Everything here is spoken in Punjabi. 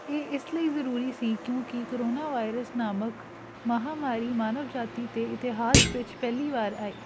ਇਹ ਇਸ ਲਈ ਜ਼ਰੂਰੀ ਸੀ ਕਿਉਂਕਿ ਕਰੋਨਾ ਵਾਇਰਸ ਨਾਮਕ ਮਹਾਂਮਾਰੀ ਮਾਨਵ ਜਾਤੀ 'ਤੇ ਇਤਿਹਾਸ ਵਿੱਚ ਪਹਿਲੀ ਵਾਰ ਆਈ